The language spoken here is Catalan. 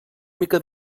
mica